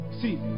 See